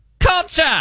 culture